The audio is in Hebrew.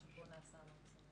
אני באמת חושבת שפה נעשה המקסימום.